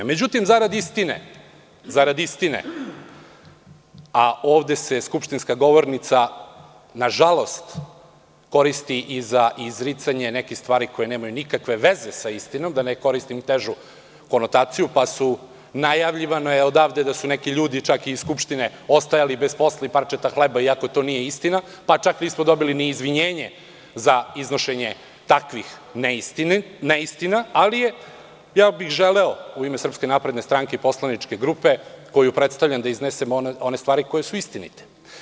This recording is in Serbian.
Međutim, zarad istine, a ovde se skupštinska govornica nažalost koristi i za izricanje nekih stvari koje nemaju nikakve veze sa istinom, da ne koristim težu konotaciju, pa je najavljivano odavde da su neki ljudi, čak i iz Skupštine ostajali bez posla i parčeta hleba iako to nije istina, pa čak nismo dobili ni izvinjenje za iznošenje takvih neistina, ali ja bih želeo u ime SNS poslaničke grupe koju predstavljam, da iznesem onestvari koje su istinite.